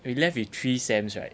we left with three sems right